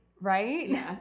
Right